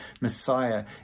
Messiah